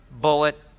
bullet